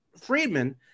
Friedman